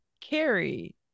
carrie